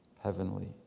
Heavenly